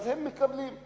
מקבלים.